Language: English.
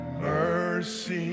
mercy